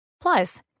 Plus